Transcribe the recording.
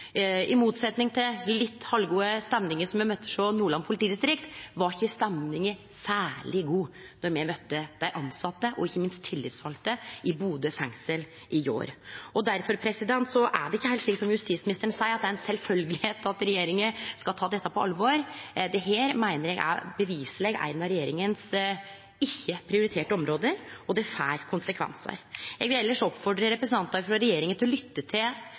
I motsetning til den litt halvgode stemninga som me møtte hos Nordland politidistrikt, var ikkje stemninga særleg god då me møtte dei tilsette og ikkje minst dei tillitsvalde i Bodø fengsel i går. Difor er det ikkje heilt slik som justisministeren seier, at det er sjølvsagt at regjeringa skal ta dette på alvor. Dette meiner eg beviseleg er eit av regjeringas ikkje-prioriterte område, og det får konsekvensar. Eg vil elles oppfordre representantar frå regjeringa til å lytte til